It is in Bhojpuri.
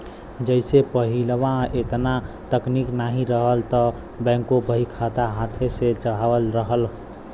जइसे पहिलवा एतना तकनीक नाहीं रहल त बैंकों बहीखाता हाथे से चढ़ावत रहल